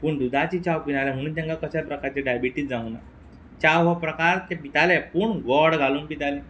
पूण दुदाची चाव पिनाल्हे म्हुणून तांकां कशा प्रकारचे डायबिटीज जावंक ना चाव हो प्रकार ते पिताले पूण गोड घालून पिताले